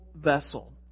vessel